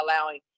allowing